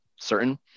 Certain